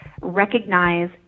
recognize